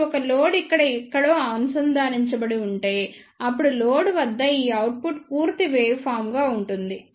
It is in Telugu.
ఇప్పుడు ఒక లోడ్ ఇక్కడ ఎక్కడో అనుసంధానించబడి ఉంటే అప్పుడు లోడ్ వద్ద ఈ అవుట్పుట్ పూర్తి వేవ్ ఫార్మ్ గా ఉంటుంది